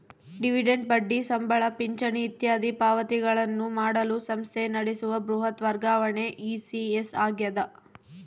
dividend ಬಡ್ಡಿ ಸಂಬಳ ಪಿಂಚಣಿ ಇತ್ಯಾದಿ ಪಾವತಿಗಳನ್ನು ಮಾಡಲು ಸಂಸ್ಥೆ ನಡೆಸುವ ಬೃಹತ್ ವರ್ಗಾವಣೆ ಇ.ಸಿ.ಎಸ್ ಆಗ್ಯದ